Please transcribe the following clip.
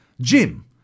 Jim